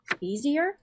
easier